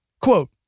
Quote